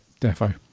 defo